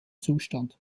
zustand